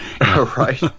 Right